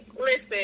listen